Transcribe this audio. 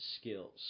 skills